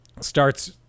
starts